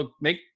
Make